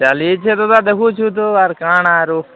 ଚାଲିଛି ଦାଦା ତ ଦେଖୁଛୁ ତୁ ଆର୍ କାଣ ଆରୁ